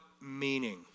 meaning